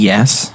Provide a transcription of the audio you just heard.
Yes